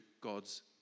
God's